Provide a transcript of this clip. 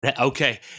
Okay